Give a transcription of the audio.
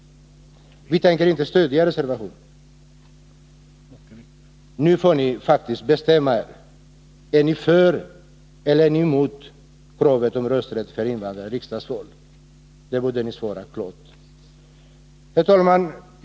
Vi tänker inte stödja reservationen. Nu får ni faktiskt bestämma er: Är ni för eller är ni emot rösträtt för invandrare i riksdagsval? Där borde ni svara klart. Herr talman!